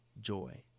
joy